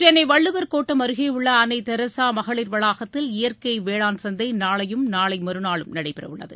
சென்னை வள்ளுவர் கோட்டம் அருகே உள்ள அன்னை தெரசா மகளிர் வளாகத்தில் இயற்கை வேளாண் சந்தை நாளையும் நாளை மறுநாளும் நடைபெறவுள்ளது